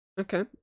Okay